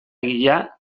egia